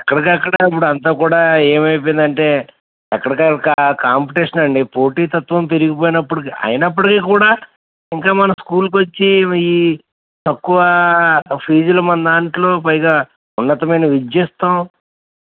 ఎక్కడికి అక్కడ ఇప్పుడు అంతా కూడా ఏమైయి పోయింది అంటే ఎక్కడికి అక్కడ కాంపిటీషన్ అండి పోటీతత్వం పెరిగిపోయినప్పటికి అయినప్పటికి కూడా ఇంకా మన స్కూల్కు వచ్చి ఈ తక్కువ ఫీజులు మన దాంట్లో పైగా ఉన్నతమైన విద్య ఇస్తాం